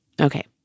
Okay